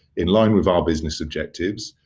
in line with our business objectives,